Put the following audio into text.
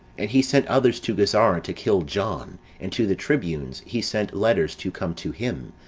and he sent others to gazara to kill john and to the tribunes he sent letters to come to him,